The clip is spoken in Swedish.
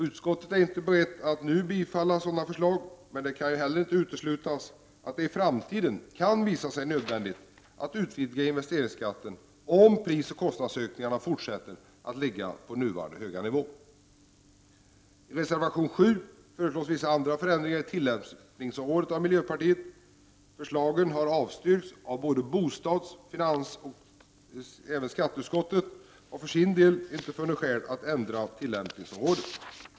Utskottet är inte berett att nu biträda sådana förslag, men det kan heller inte uteslutas att det i framtiden kan visa sig nödvändigt att utvidga investeringsskatten, om prisoch kostnadsökningarna fortsätter att ligga på nuvarande höga nivå. I reservation 7 föreslås vissa andra förändringar i tillämpningsområdet av miljöpartiet. Förslagen har avstyrkts av både bostadsoch finansutskotten, och skatteutskottet har för sin del inte funnit skäl att ändra tillämpningsområdet.